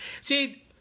See